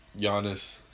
Giannis